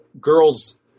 girls